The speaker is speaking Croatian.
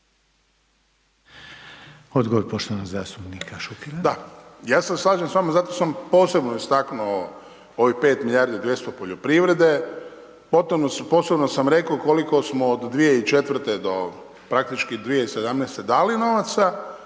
Odgovor poštovanog zastupnika Sokola.